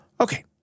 okay